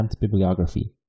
bibliography